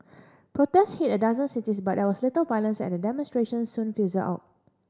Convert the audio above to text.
protest hit a dozen cities but there was little violence and the demonstration soon fizzled out